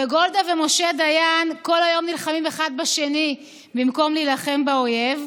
וגולדה ומשה דיין כל היום נלחמים אחד בשני במקום להילחם באויב.